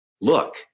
look